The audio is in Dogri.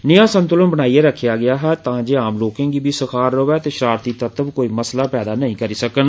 नेया संतुलन बनाइयै रक्खेआ गेदा हा जे आम लोके गी बी सखाल रवै ते शरारती तत्व कोई मसला बी पैदा नेई करी सकन